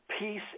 Peace